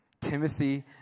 Timothy